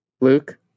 Luke